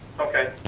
okay.